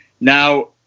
Now